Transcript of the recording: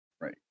Right